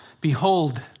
behold